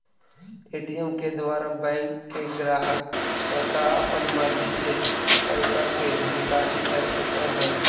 ATM के द्वारा bank के ग्राहक स्वता अपन मर्जी से पैइसा के निकासी कर सकऽ हइ